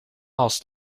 gas